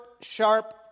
sharp